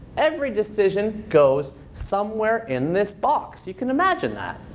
every decision goes somewhere in this box. you can imagine that.